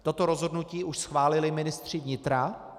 Toto rozhodnutí už schválili ministři vnitra.